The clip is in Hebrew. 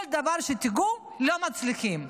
כל דבר שתיגעו, לא מצליחים.